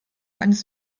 eines